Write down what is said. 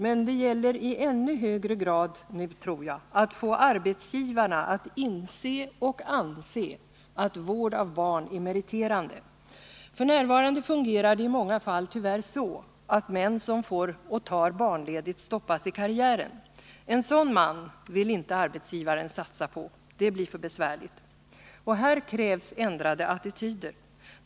Men det gäller i ännu högre grad, såvitt jag förstår, att få arbetsgivarna att inse och anse att vård av barn är meriterande. F.n. fungerar det i många fall så att män som får barnledigt stoppas i karriären. En sådan man vill inte arbetsgivaren satsa på. Det blir för besvärligt. Här krävs ändrade attityder.